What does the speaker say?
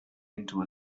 into